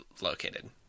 located